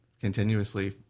continuously